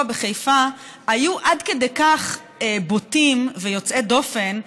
בחיפה היו עד כדי כך בוטים ויוצאי דופן,